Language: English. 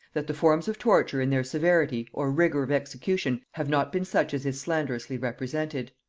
that the forms of torture in their severity or rigor of execution have not been such as is slanderously represented.